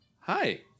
hi